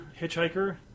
hitchhiker